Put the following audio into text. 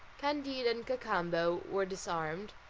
candide and cacambo were disarmed,